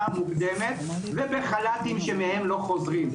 המוקדמת ובחל"תים שמהם לא חוזרים.